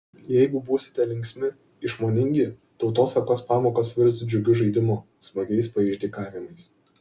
jeigu būsite linksmi išmoningi tautosakos pamokos virs džiugiu žaidimu smagiais paišdykavimais